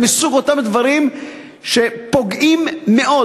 זה מסוג אותם הדברים שפוגעים מאוד.